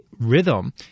rhythm